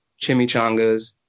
chimichangas